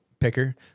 Picker